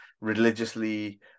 religiously